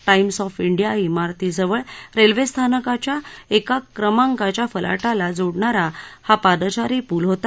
Eames ऑफ डिया मिरतीजवळ रेल्वे स्थानकच्या एक क्रमांकाच्या फला ला जोडणारा हा पादचारी पूल होता